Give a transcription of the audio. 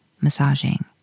massaging